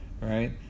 right